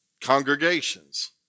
congregations